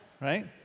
right